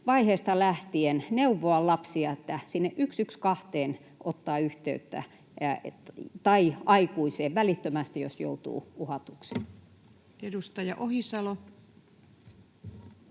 vaiheesta lähtien neuvoa lapsia ottamaan yhteyttä 112:een tai aikuiseen välittömästi, jos joutuu uhatuksi? Edustaja Ohisalo.